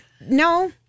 no